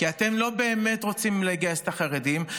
כי אתם לא באמת רוצים לגייס את החרדים.